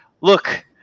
Look